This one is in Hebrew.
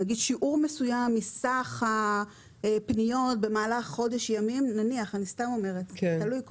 נניח שיעור מסוים מסך הפניות במהלך חודש ימים זה תלוי,